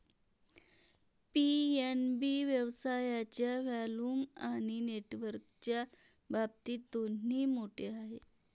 PNB व्यवसायाच्या volume आणि नेटवर्कच्या बाबतीत दोन्ही मोठे आहे